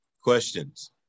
questions